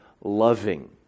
loving